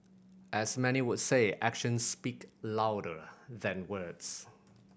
as many would say actions speak louder than words